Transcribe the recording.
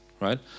right